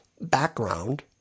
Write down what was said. background